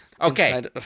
Okay